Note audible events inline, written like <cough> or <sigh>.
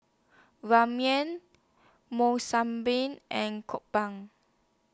Ramyeon Monsunabe and <unintelligible>